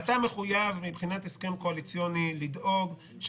אתה מחויב מבחינת הסכם קואליציוני לדאוג לכך